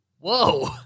Whoa